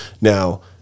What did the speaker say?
Now